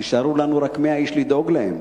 נשארו לנו רק 100 איש לדאוג להם,